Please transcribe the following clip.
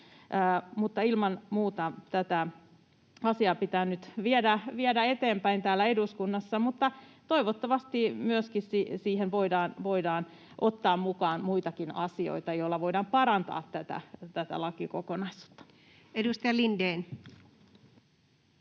Ilman muuta tätä asiaa pitää nyt viedä eteenpäin täällä eduskunnassa. Toivottavasti siihen voidaan ottaa mukaan myöskin muita asioita, joilla voidaan parantaa tätä lakikokonaisuutta. Edustaja Lindén.